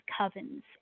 covens